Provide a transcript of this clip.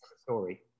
Story